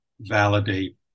validate